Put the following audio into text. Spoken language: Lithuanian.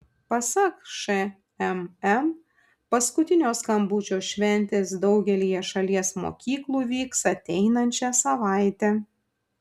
pasak šmm paskutinio skambučio šventės daugelyje šalies mokyklų vyks ateinančią savaitę